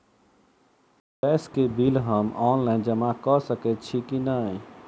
Gas केँ bill हम online जमा कऽ सकैत छी की नै?